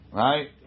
right